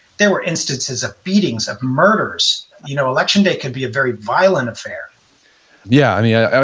there were instances of beatings, of murders. you know, election day can be a very violent affair yeah. um yeah